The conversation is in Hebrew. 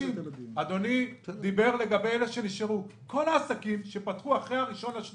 אדוני דיבר לגבי אלה שנשארו כל העסקים שפתחו אחרי ה-1.3